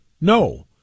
No